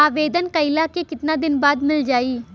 आवेदन कइला के कितना दिन बाद मिल जाई?